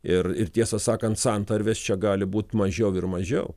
ir ir tiesą sakant santarvės čia gali būt mažiau ir mažiau